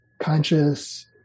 conscious